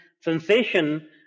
sensation